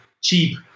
cheap